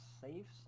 saves